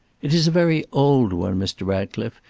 it is a very old one, mr. ratcliffe,